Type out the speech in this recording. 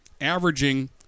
averaging